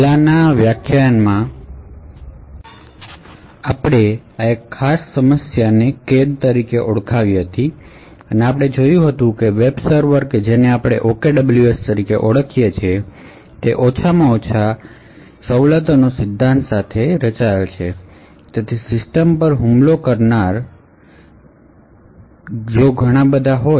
પહેલાનાં વ્યાખ્યાનમાં આપણે એક ખાસ સમસ્યાને કોનફીનમેંટ તરીકે ઓળખાવી હતી અને આપણે જોયું હતું કે વેબ સર્વર કે જેને આપણે OKWS તરીકે ઓળખાવીએ છીએ તે લીસ્ટ પ્રિવિલેજીસ સિદ્ધાંત સાથે રચાયેલ છે જેથી સિસ્ટમ પરનો હુમલો ઘટાડી શકાય